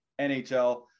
nhl